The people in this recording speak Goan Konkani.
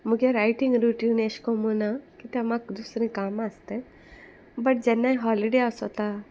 मुगे रायटींग रुटीन एशें कोमू ना कित्या म्हाका दुसरीं कामां आसताय बट जेन्नाय हॉलिडे आसोता